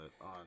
on